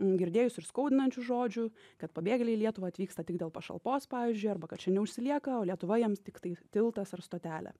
girdėjusi ir skaudinančių žodžių kad pabėgėliai į lietuvą atvyksta tik dėl pašalpos pavyzdžiui arba kad čia neužsilieka o lietuva jiems tiktai tiltas ar stotelė